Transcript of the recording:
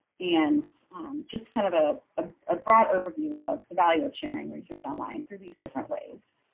and just kind of ah ah a broad overview of the value of sharing research online through these different ways.